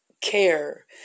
care